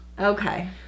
Okay